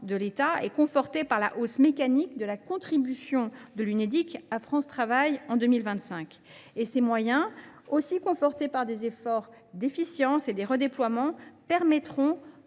de l’État est conforté par la hausse mécanique de la contribution de l’Unédic à France Travail en 2025. Ces moyens, qui sont également confortés par des efforts d’efficience et par des redéploiements, permettront